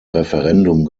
referendum